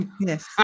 yes